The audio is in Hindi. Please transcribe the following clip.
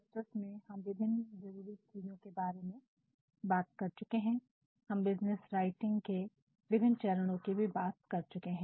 पहले के लेक्चरर्स में हम विभिन्न जरूरी चीजों के बारे में बात कर चुके हैं हम बिज़नेस राइटिंग के विभिन्न चरणों की भी बात कर चुके हैं